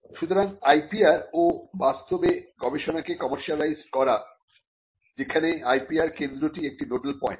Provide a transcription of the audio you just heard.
সুতরাং IPR ও বাস্তবে গবেষণাকে কমের্সিয়ালাইজড করা সেখানে IPR কেন্দ্রটি একটি নোডাল পয়েন্ট